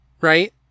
right